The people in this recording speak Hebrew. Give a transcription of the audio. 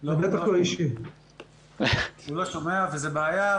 הוא לא שומע וזאת בעיה.